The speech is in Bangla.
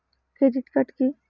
Credit card key?